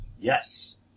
Yes